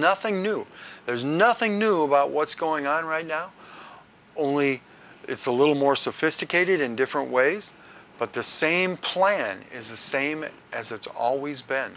nothing new there's nothing new about what's going on right now only it's a little more sophisticated in different ways but the same plan is the same as it's always been